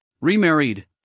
remarried